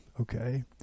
okay